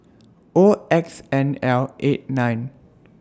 O X N L eight nine